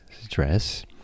stress